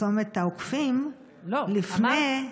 צומת העוקפים לפני, לא.